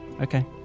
Okay